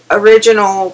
original